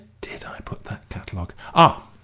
did i put that catalogue. ah,